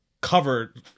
covered